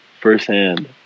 firsthand